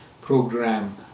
program